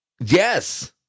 Yes